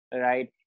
right